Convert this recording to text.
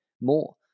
more